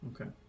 Okay